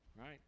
right